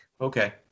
Okay